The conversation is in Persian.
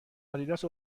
آدیداس